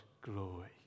glory